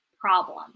problem